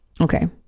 Okay